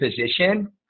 position